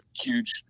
huge